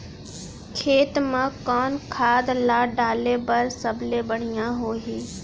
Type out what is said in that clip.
खेत म कोन खाद ला डाले बर सबले बढ़िया होही?